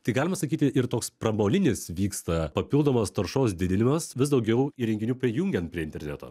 tai galima sakyti ir toks pramoninis vyksta papildomas taršos didinimas vis daugiau įrenginių prijungiant prie interneto